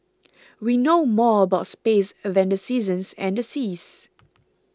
we know more about space than the seasons and the seas